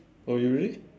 oh you really